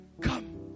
Come